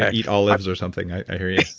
ah eat olives or something. i hear you